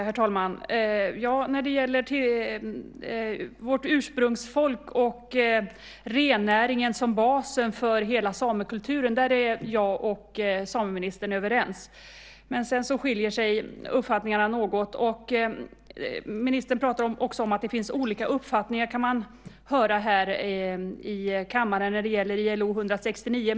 Herr talman! När det gäller vårt ursprungsfolk och rennäringen som basen för hela samekulturen är jag och sameministern överens. Men sedan skiljer sig uppfattningarna något. Ministern pratar också om att man kan höra här i kammaren att det finns olika uppfattning när det gäller ILO-konventionen 169.